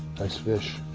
nice fish.